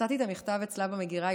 מצאתי את המכתב אצלה במגירה.